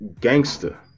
gangster